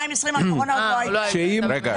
הקורונה עוד לא הייתה.